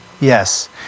yes